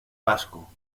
pasco